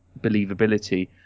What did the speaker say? believability